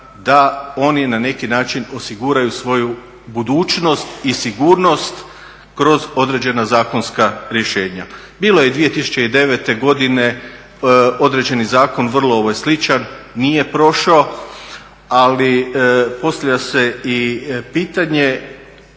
da oni na neki način osiguraju svoju budućnost i sigurnost kroz određena zakonska rješenja. Bilo je i 2009. godine određeni zakon vrlo sličan, nije prošao ali postavlja se i pitanje